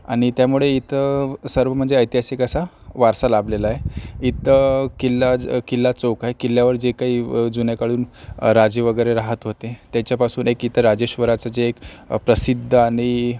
आणि त्यामुळे इथं सर्व म्हणजे ऐतिहासिक असा वारसा लाभलेला आहे इथं किल्ला ज किल्ला चौक आहे किल्ल्यावर जे काही जुन्याकाळून राजे वगैरे रहात होते त्याच्यापासून एक इथं राजेश्वराचं जे एक प्रसिद्ध आणि